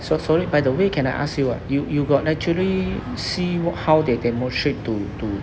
so~ sorry by the way can I ask you ah you you got actually see how they demonstrate to to